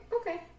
okay